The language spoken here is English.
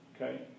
okay